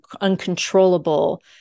uncontrollable